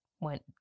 went